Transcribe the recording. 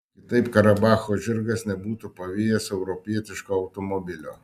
kitaip karabacho žirgas nebūtų pavijęs europietiško automobilio